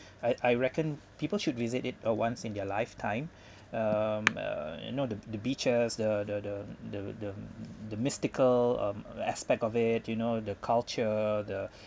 I I reckon people should visit it uh once in their lifetime um uh you know the the beaches the the the the the the mystical um a~ aspect of it you know the culture the